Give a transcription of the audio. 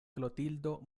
klotildo